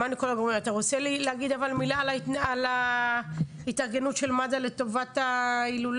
אתה רוצה להגיד אבל מילה על ההתארגנות של מד"א לטובת ההילולה?